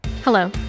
Hello